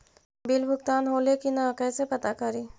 Bill भुगतान होले की न कैसे पता करी?